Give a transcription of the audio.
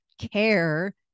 care